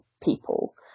people